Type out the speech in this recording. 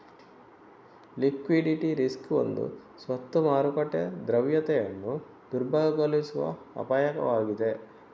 liquidity risk ಒಂದು ಸ್ವತ್ತು ಮಾರುಕಟ್ಟೆ ದ್ರವ್ಯತೆಯನ್ನು ದುರ್ಬಲಗೊಳಿಸುವ ಅಪಾಯವಾಗಿದೆ